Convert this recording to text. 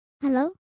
Hello